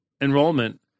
enrollment